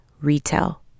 retail